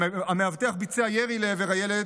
המאבטח ביצע ירי לעבר הילד,